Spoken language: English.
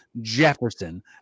Jefferson